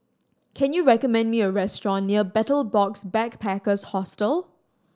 can you recommend me a restaurant near Betel Box Backpackers Hostel